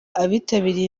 abitabiriye